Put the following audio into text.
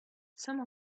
some